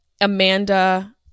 Amanda